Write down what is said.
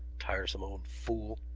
tiresome old fool!